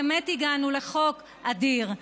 באמת הגענו לחוק אדיר.